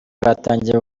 batangiye